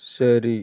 ശരി